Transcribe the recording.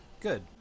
good